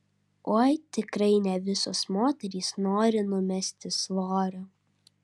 oi tikrai ne visos moterys nori numesti svorio